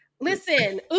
Listen